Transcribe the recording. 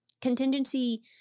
contingency